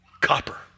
copper